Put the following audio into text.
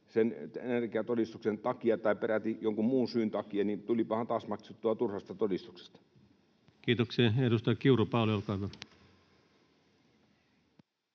sen energiatodistuksen takia tai peräti jonkin muun syyn takia, niin tulipahan taas maksettua turhasta todistuksesta. Kiitoksia. — Edustaja Kiuru, Pauli, olkaa hyvä.